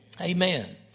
Amen